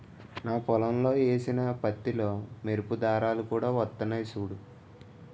నా పొలంలో ఏసిన పత్తిలో మెరుపు దారాలు కూడా వొత్తన్నయ్ సూడూ